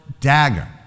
dagger